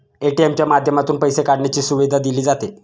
ATM च्या माध्यमातून पैसे काढण्याची सुविधा दिली जाते